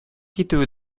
китүе